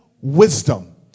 wisdom